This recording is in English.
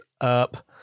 up